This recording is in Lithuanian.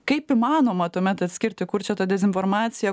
kaip įmanoma tuomet atskirti kur čia ta dezinformacija